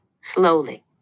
Slowly